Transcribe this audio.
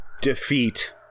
defeat